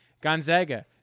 Gonzaga